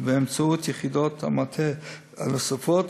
ובאמצעות יחידות המטה הנוספות.